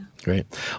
Great